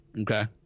Okay